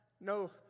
no